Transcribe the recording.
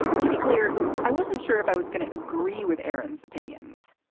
to be clear i wasn't sure if i was going to agree with aaron's opinions.